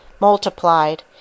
multiplied